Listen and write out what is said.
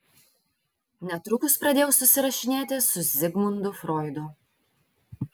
netrukus pradėjau susirašinėti su zigmundu froidu